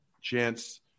chance